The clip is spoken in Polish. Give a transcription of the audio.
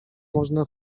można